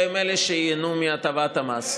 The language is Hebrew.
והן אלה שייהנו מהטבת המס.